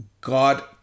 God